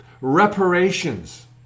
reparations